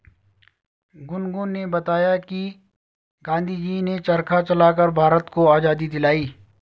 गुनगुन ने बताया कि गांधी जी ने चरखा चलाकर भारत को आजादी दिलाई